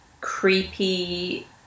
creepy